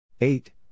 Eight